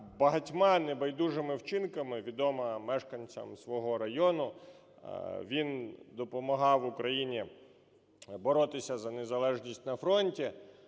багатьма небайдужими вчинками відома мешканцям свого району. Він допомагав Україні боротися за незалежність на фронті.